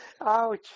Ouch